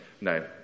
No